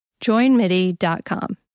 Joinmidi.com